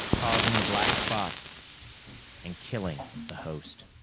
causing the black spots and killing the host.